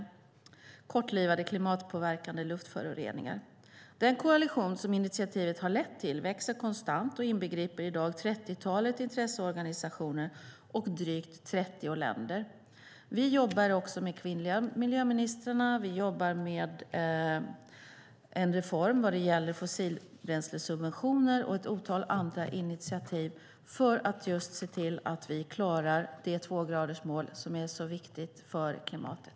Det är kortlivade klimatpåverkande luftföroreningar. Den koalition som initiativet har lett till växer konstant och inbegriper i dag trettiotalet intresseorganisationer och drygt 30 länder. Vi jobbar också med de kvinnliga miljöministrarna. Vi jobbar med en reform vad det gäller fossilbränslesubventioner och ett otal andra initiativ för att just se till att vi klarar det tvågradersmål som är så viktigt för klimatet.